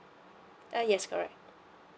uh yes correct